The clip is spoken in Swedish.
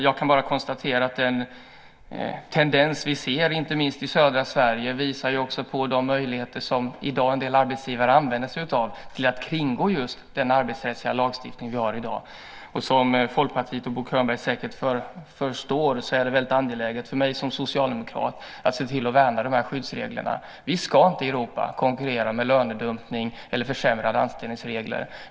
Jag kan bara konstatera att den tendens som vi ser, inte minst i södra Sverige, visar på de möjligheter som en del arbetsgivare använder sig av för att kringgå den arbetsrättsliga lagstiftningen. Som Folkpartiet och Bo Könberg säkert förstår är det väldigt angeläget för mig som socialdemokrat att se till att värna dessa skyddsregler. Vi ska inte konkurrera med lönedumpning eller med försämrade anställningsregler i Europa.